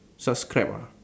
subscribe ah